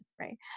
right